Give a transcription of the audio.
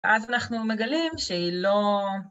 ואז אנחנו מגלים שהיא לא...